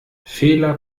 fehler